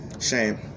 shame